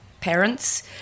parents